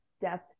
depth